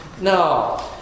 No